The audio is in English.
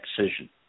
decision